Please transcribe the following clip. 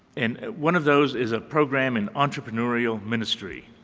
and one of those is a program in entrepreneurial ministry.